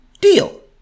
deal